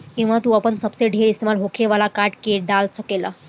इहवा तू आपन सबसे ढेर इस्तेमाल होखे वाला कार्ड के डाल सकेल